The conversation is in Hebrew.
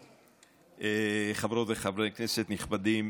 חברות וחברי כנסת נכבדים,